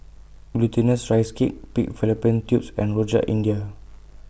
Glutinous Rice Cake Pig Fallopian Tubes and Rojak India